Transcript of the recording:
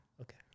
Okay